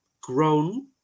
grown